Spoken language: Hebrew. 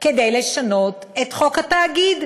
כדי לשנות את חוק התאגיד,